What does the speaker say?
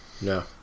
No